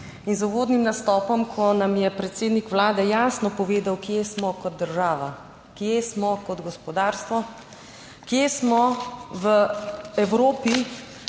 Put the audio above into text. in z uvodnim nastopom, ko nam je predsednik Vlade jasno povedal, kje smo kot država, kje smo kot gospodarstvo, kje smo v Evropi,